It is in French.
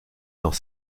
dans